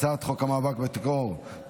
אני קובע כי הצעת חוק המאבק בטרור (תיקון,